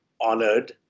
honored